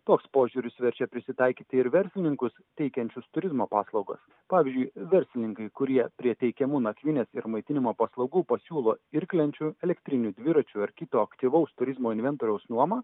toks požiūris verčia prisitaikyti ir verslininkus teikiančius turizmo paslaugas pavyzdžiui verslininkai kurie prie teikiamų nakvynės ir maitinimo paslaugų pasiūlo irklenčių elektrinių dviračių ar kito aktyvaus turizmo inventoriaus nuomą